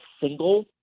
single